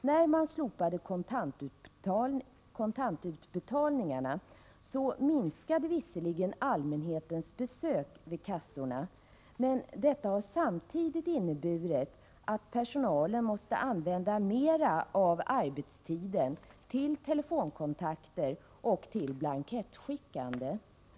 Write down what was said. När man slopade kontantutbetalningarna minskade visserligen allmänhetens besök vid kassorna, men detta har samtidigt inneburit att personalen måste använda mera av arbetstiden till telefonkontakter och till blankettskickande.